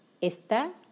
Está